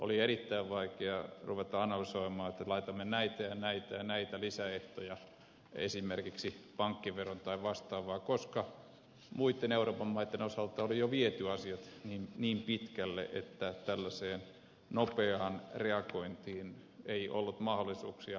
oli erittäin vaikea ruveta analysoimaan että laitamme näitä ja näitä ja näitä lisäehtoja esimerkiksi pankkiveron tai vastaavaa koska muitten euroopan maitten osalta oli jo viety asiat niin pitkälle että tällaiseen nopeaan reagointiin ei ollut mahdollisuuksia